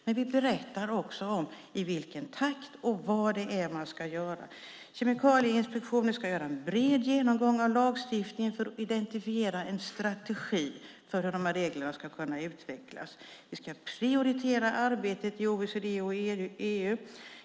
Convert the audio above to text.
Men vi berättar också vad det är man ska göra och i vilken takt: Kemikalieinspektionen ska göra en bred genomgång av lagstiftningen för att identifiera en strategi för hur reglerna ska kunna utvecklas. Vi ska prioritera arbetet i OECD och EU.